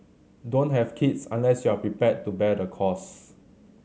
don't have kids unless you are prepared to bear the cost